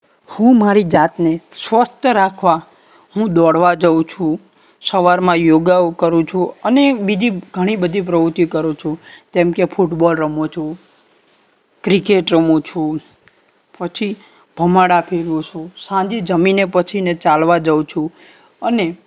હું મારી જાતને સ્વસ્થ રાખવા હું દોડવા જાઉં છું સવારમાં યોગા કરું છું અને બીજી ઘણી બધી પ્રવૃતિ કરું છું જેમ કે ફૂટબોલ રમું છું ક્રિકેટ રમું છું પછી ભમરડા ફેરવું છું સાંજે જમીને પછીને ચાલવા જાઉં છું અને